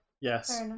Yes